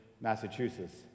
Massachusetts